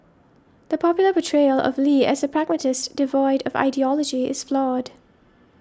the popular portrayal of Lee as a pragmatist devoid of ideology is flawed